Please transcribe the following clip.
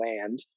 land